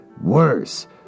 worse